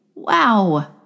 Wow